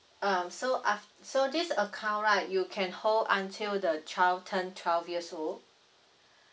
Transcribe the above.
um so aft~ so this account right you can hold until the child turn twelve years old